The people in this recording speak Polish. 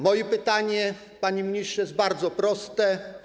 Moje pytanie, panie ministrze, jest bardzo proste.